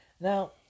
Now